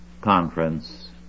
conference